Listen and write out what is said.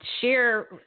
share